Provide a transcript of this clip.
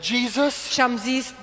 Jesus